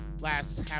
last